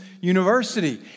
University